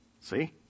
See